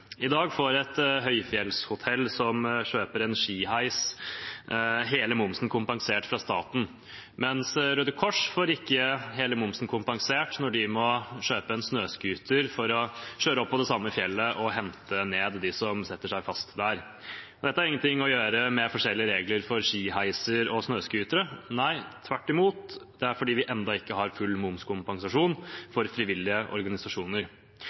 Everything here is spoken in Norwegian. I dag får et høyfjellshotell som kjøper en skiheis, hele momsen kompensert fra staten, mens Røde Kors ikke får hele momsen kompensert når de må kjøpe en snøscooter for å kjøre opp på det samme fjellet og hente ned dem som setter seg fast der. Dette har ingenting å gjøre med forskjellige regler for skiheiser og snøscootere. Nei, tvert imot er det fordi vi ennå ikke har full momskompensasjon for frivillige organisasjoner.